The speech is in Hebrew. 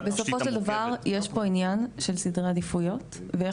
בסופו של דבר יש פה עניים של סדרי עדיפויות ואיך